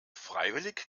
freiwillig